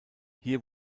hier